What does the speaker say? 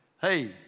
Hey